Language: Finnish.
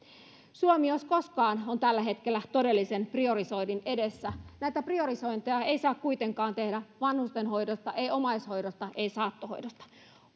suomi on tällä hetkellä jos koskaan todellisen priorisoinnin edessä näitä priorisointeja ei saa kuitenkaan tehdä vanhustenhoidosta ei omaishoidosta ei saattohoidosta